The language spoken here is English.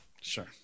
sure